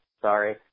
sorry